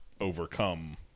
overcome